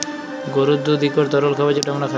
গরুর দুহুদ ইকট তরল খাবার যেট আমরা খাই